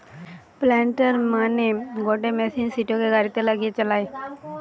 planter মানে গটে machine সিটোকে গাড়িতে লাগিয়ে চালায়